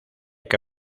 que